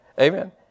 Amen